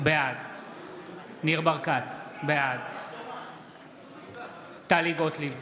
בעד ניר ברקת, בעד טלי גוטליב,